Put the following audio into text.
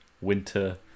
winter